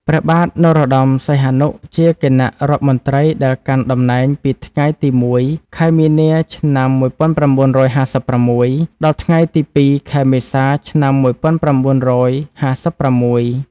ព្រះបាទនរោត្តម សីហនុ ជាគណៈរដ្ឋមន្ត្រីដែលកាន់តំណែងពីថ្ងៃទី១ ខែមីនា ឆ្នាំ១៩៥៦ ដល់ថ្ងៃទី ២ ខែមេសា ឆ្នាំ១៩៥៦។